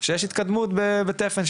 שישנה התקדמות בתפן,